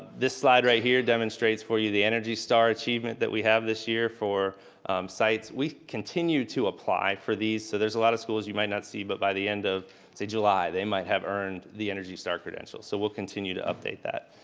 this slide right here demonstrates for you the energy star achievement that we have this year for sites. we continue to apply for these. so there's a lot of schools you might not see. but by the end of july they might have earned the energy star credential. so we'll continue to update that.